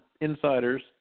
insiders